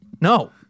No